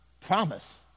promise